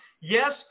Yes